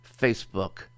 facebook